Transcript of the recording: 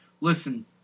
listen